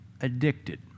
addicted